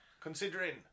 Considering